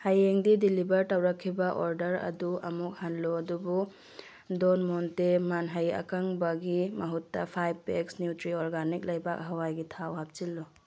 ꯍꯌꯦꯡꯗꯤ ꯗꯤꯂꯤꯕꯔ ꯇꯧꯔꯛꯈꯤꯕ ꯑꯣꯗꯔ ꯑꯗꯨ ꯑꯃꯨꯛ ꯍꯜꯂꯨ ꯑꯗꯨꯕꯨ ꯗꯣꯟ ꯃꯣꯟꯇꯦ ꯃꯅꯥꯍꯩ ꯑꯀꯪꯕꯒꯤ ꯃꯍꯨꯠꯇ ꯐꯥꯏꯕ ꯄꯦꯛꯁ ꯅ꯭ꯌꯨꯇ꯭ꯔꯤ ꯑꯣꯔꯒꯥꯅꯤꯛ ꯂꯩꯕꯥꯛ ꯍꯋꯥꯏꯒꯤ ꯊꯥꯎ ꯍꯥꯞꯆꯤꯜꯂꯨ